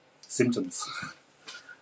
Symptoms